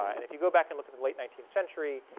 and if you go back and look at the late nineteenth century,